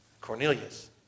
Cornelius